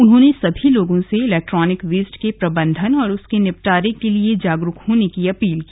उन्होंने सभी लोगों से इलेक्ट्रॉनिक वेस्ट के प्रबन्धन और उसके निपटारे के लिए जागरूक होने की अपील की